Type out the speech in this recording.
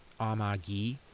Amagi